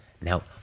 Now